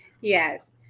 Yes